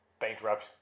bankrupt